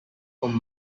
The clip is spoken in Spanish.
con